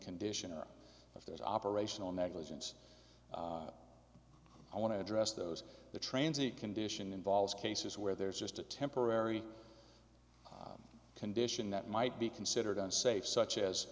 condition if there's operational negligence i want to address those the transit condition involves cases where there's just a temporary condition that might be considered unsafe such as